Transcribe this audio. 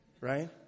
Right